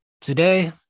today